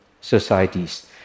societies